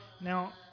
Now